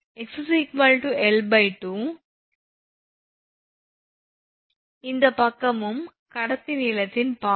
x L2 போது இந்த பக்கமும் கடத்தி நீளத்தின் பாதி